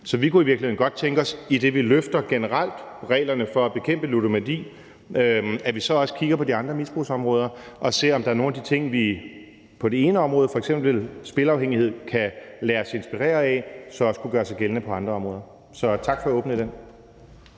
Så vi kunne i virkeligheden godt tænke os, idet vi generelt løfter reglerne for at bekæmpe ludomani, at vi så også kigger på de andre misbrugsområder og ser, om der er nogen af de ting, vi på det ene område, f.eks. spilafhængighed, kan lade os inspirere af, som så også kunne gøre sig gældende på andre områder. Så tak for at åbne den.